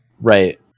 Right